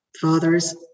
father's